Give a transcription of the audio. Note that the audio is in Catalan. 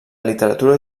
literatura